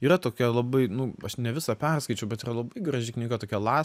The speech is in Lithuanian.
yra tokia labai nu aš ne visą perskaičiau bet yra labai graži knyga tokia las